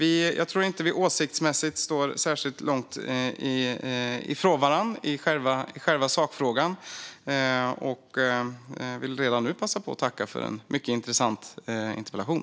Jag tror inte att vi åsiktsmässigt står särskilt långt ifrån varandra i själva sakfrågan. Och jag vill redan nu passa på att tacka för en mycket intressant interpellation.